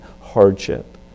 hardship